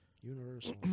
Universal